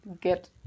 get